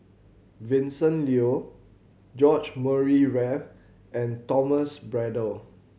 Vincent Leow George Murray Reith and Thomas Braddell